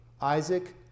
Isaac